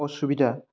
असुबिदा